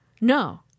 No